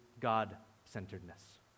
God-centeredness